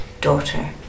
daughter